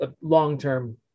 long-term